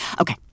Okay